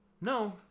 No